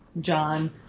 John